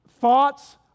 thoughts